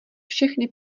všechny